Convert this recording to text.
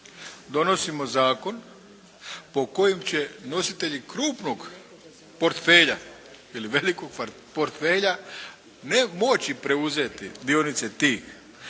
donosimo zakon po kojem će nositelji krupnog portfelja ili velikog portfelje ne moći preuzeti dionice tih